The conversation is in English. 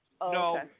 No